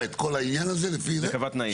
את כל העניין הזה לפי זה --- וקבעה תנאים.